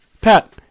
Pat